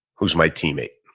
who's my teammate.